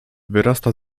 wyrasta